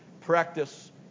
practice